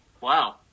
Wow